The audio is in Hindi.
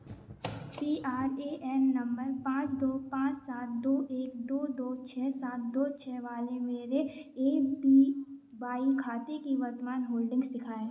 P R A N number पाँच दो पाँच सात दो एक दो दो छः सात दो छः वाले मेरे ए पी वाई खाते की वर्तमान होल्डिंग्स दिखाएँ